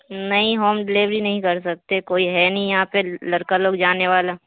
نہیں home delivery نہیں کر سکتے کوئی ہے نہیں یہاں پہ لڑکا لوگ جانے والا